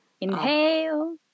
inhale